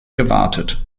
gewartet